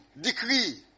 decree